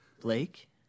Blake